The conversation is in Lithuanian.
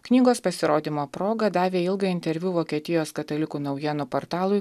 knygos pasirodymo proga davė ilgą interviu vokietijos katalikų naujienų portalui